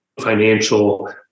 financial